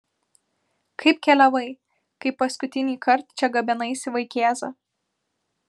kaip keliavai kai paskutinįkart čia gabenaisi vaikėzą